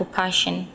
passion